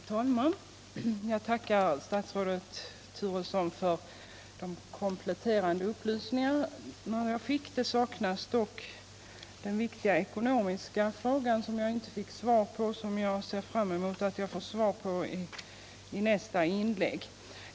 Herr talman! Jag tackar statsrådet Turesson för de kompletterande upplysningar som jag har fått. Jag saknar dock ett svar på den viktiga ekonomiska frågan, och jag ser fram mot ett sådant i nästa”inlägg.